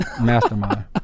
Mastermind